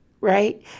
right